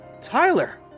Tyler